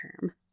term